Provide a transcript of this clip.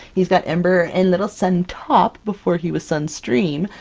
he's got ember and little suntop, before he was sunstream,